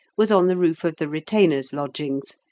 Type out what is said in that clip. was on the roof of the retainers' lodgings,